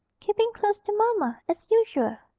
keeping close to mamma, as usual